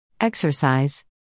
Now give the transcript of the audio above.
Exercise